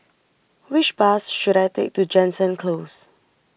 which bus should I take to Jansen Close